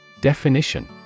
Definition